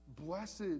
Blessed